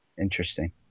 Interesting